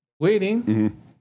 Waiting